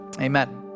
amen